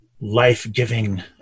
life-giving